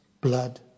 blood